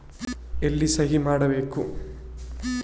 ಎಲ್ಲಿ ಸಹಿ ಮಾಡಬೇಕು?